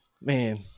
Man